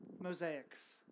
mosaics